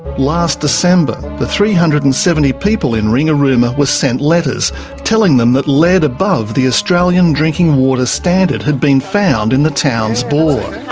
last december, the three hundred and seventy people in ringarooma were sent letters telling them that lead above the australian drinking water standard had been found in the town's bore.